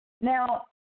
Now